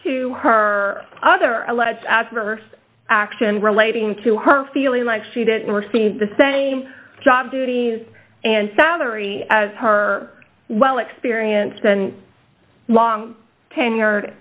adverse action relating to her feeling like she didn't receive the same job duties and salary as her well experienced and long tenured